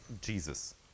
Jesus